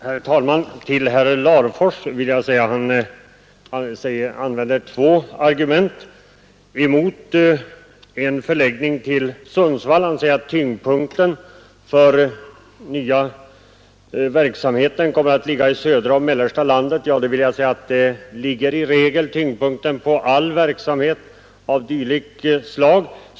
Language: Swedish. Herr talman! Herr Larfors anförde två argument mot en förläggning till Sundsvall. Han sade att tyngdpunkten för den nya verksamheten kommer att ligga i södra och mellersta delen av landet. Ja, där ligger i regel tyngdpunkten för all verskamhet av detta slag.